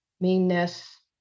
meanness